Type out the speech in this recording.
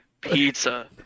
pizza